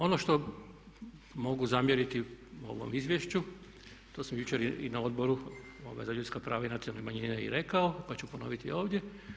Ono što mogu zamjeriti ovom Izvješću, to sam jučer i na Odboru za ljudska prava i nacionalne manjine i rekao pa ću ponoviti ovdje.